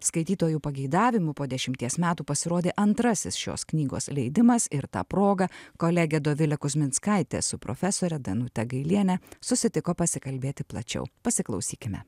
skaitytojų pageidavimu po dešimties metų pasirodė antrasis šios knygos leidimas ir ta proga kolegė dovilė kuzminskaitė su profesore danute gailiene susitiko pasikalbėti plačiau pasiklausykime